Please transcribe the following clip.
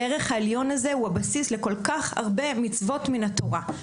הערך העליון הזה הוא הבסיס לכל כך הרבה מצוות מן התורה.